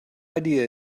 idea